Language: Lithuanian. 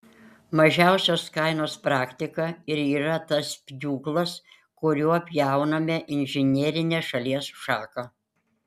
mažiausios kainos praktika ir yra tas pjūklas kuriuo pjauname inžinerinę šalies šaką